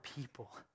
people